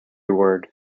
word